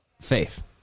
Faith